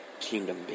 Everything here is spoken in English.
Kingdom